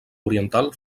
oriental